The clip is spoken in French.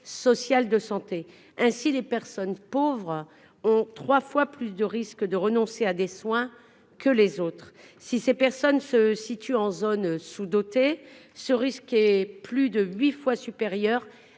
matière de santé. Ainsi, les personnes pauvres ont trois fois plus de risques que les autres de renoncer à des soins. Si ces personnes se situent en zone sous-dotées, le risque est plus de huit fois supérieur